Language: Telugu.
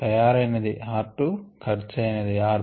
తయారయినది r 2 ఖర్చు అయినది r 4